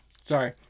Sorry